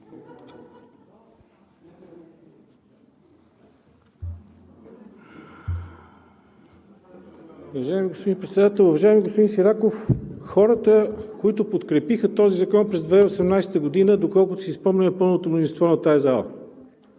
Уважаеми господин Председател! Уважаеми господин Сираков, хората, които подкрепиха този закон през 2018 г., доколкото си спомням, е пълното мнозинство на тази зала.